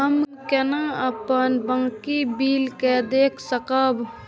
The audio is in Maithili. हम केना अपन बाकी बिल के देख सकब?